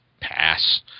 Pass